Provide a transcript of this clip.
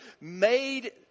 made